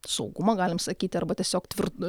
saugumą galim sakyti arba tiesiog tvir